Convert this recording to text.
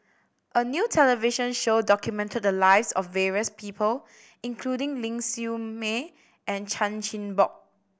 a new television show documented the lives of various people including Ling Siew May and Chan Chin Bock